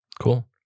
Cool